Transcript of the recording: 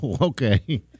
okay